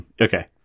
Okay